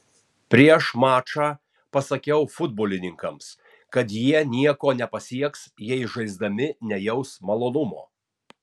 prieš mačą pasakiau futbolininkams kad jie nieko nepasieks jei žaisdami nejaus malonumo